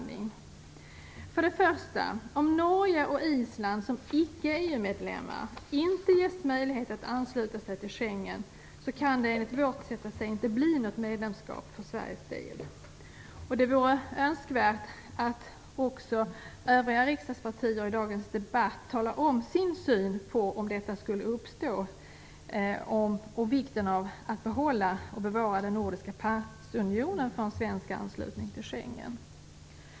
För det första: Om Norge och Island som icke EU medlemmar inte ges möjlighet att ansluta sig till Schengen kan det enligt vårt sätt att se inte bli något medlemskap för Sveriges del. Det vore önskvärt att också övriga riksdagspartier i dagens debatt talar om sin syn på om detta skulle uppstå och vikten av att bevara den nordiska passunionen vad gäller en svensk anslutning till Schengen.